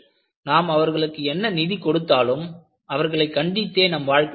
நாம் அவர்களுக்கு என்ன நிதி கொடுத்தாலும் அவர்களை கண்டித்தே நம் வாழ்க்கை செல்லும்